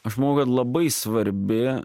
aš manau kad labai svarbi